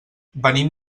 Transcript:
venim